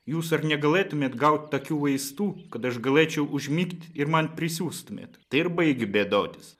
jūs ar negalėtumėt gaut takių vaistų kad aš galėčau užmigt ir man prisiųstumėt tai ir baigiu bėdotis